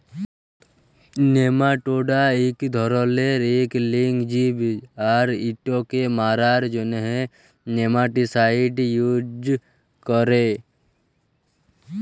nematoda ইক ধরলের ইক লিঙ্গ জীব আর ইটকে মারার জ্যনহে নেমাটিসাইড ইউজ ক্যরে